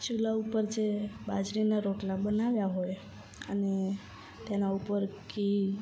ચૂલા ઉપર જે બાજરીના રોટલા બનાવ્યા હોય અને તેના ઉપર ઘી